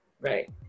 Right